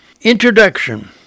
Introduction